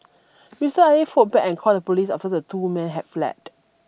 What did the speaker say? Mister Aye fought back and called the police after the two men had fled